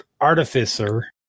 artificer